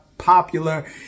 popular